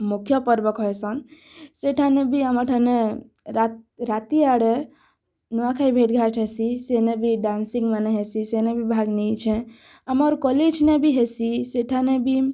ମୁଖ୍ୟ ପର୍ବ କହିସଁନ୍ ସେ ଠାନେ ବି ଆମ ଠାନେ ରାତି ରାତି ଆଡ଼େ ନୂଆଁଖାଇ ଭେଟ୍ ଘାଟ୍ ହେସି ସେନେ ବି ଡ୍ୟାନ୍ସିଂମାନେ ହେଁସି ସେନେ ବି ଭାଗ ନେଇଛେ ଆମର୍ କଲେଜ ନେ ବି ହେଁସି ସେଠାନେ ବି